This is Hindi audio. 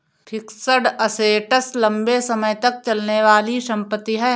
फिक्स्ड असेट्स लंबे समय तक चलने वाली संपत्ति है